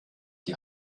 die